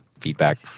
feedback